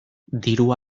diru